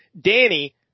Danny